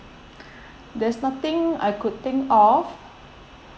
there's nothing I could think of